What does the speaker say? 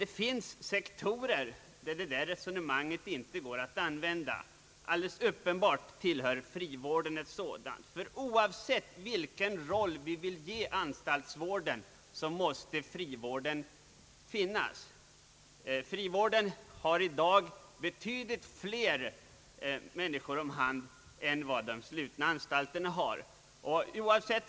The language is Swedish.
Det finns emellertid sektorer där detta resonemang inte kan tillämpas. Alldeles uppenbart är frivården en sådan sektor, ty oavsett vilken roll vi vill ge anstaltsvården måste frivården finnas. Frivården har i dag betydligt flera människor om hand än vad anstalterna har.